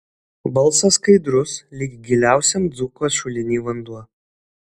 balsas skaidrus lyg giliausiam dzūko šuliny vanduo